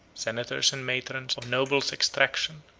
senators and matrons of nobles' extraction,